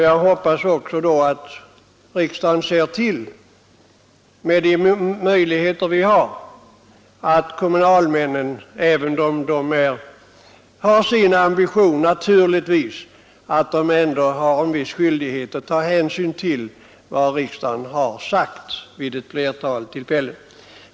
Jag hoppas att riksdagen med de möjligheter den har också ser till att kommunalmännen, trots att de har sina ambitioner, tar hänsyn till vad riksdagen vid ett flertal tillfällen uttalat.